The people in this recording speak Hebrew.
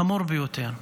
חמור ביותר.